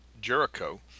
Jericho